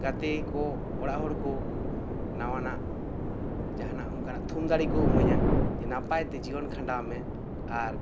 ᱜᱟᱛᱮ ᱠᱚ ᱚᱲᱟᱜ ᱦᱚᱲ ᱠᱚ ᱱᱟᱣᱟᱱᱟᱜ ᱡᱟᱦᱟᱱᱟᱜ ᱚᱱᱠᱟᱱᱟᱜ ᱛᱷᱩᱢ ᱫᱟᱲᱮ ᱠᱚ ᱤᱢᱟᱹᱧᱟ ᱱᱟᱯᱟᱭ ᱛᱮ ᱡᱤᱭᱚᱱ ᱠᱷᱟᱱᱰᱟᱣ ᱢᱮ ᱟᱨ